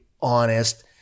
honest